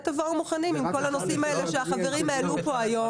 ותבואו מוכנים עם כל הנושאים האלה שהחברים העלו פה היום.